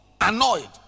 annoyed